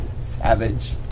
savage